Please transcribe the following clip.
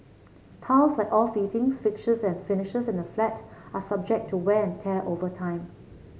tiles like all fittings fixtures and finishes in a flat are subject to wear and tear over time